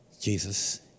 Jesus